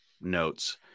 notes